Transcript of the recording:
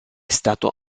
stato